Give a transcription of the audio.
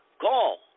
Call